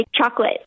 chocolate